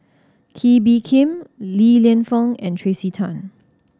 Kee Bee Khim Li Lienfung and Tracey Tan